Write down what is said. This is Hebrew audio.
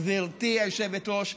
גברתי היושבת-ראש,